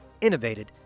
innovated